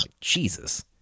Jesus